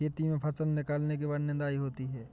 खेती में फसल निकलने के बाद निदाई होती हैं?